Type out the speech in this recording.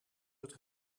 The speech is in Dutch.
het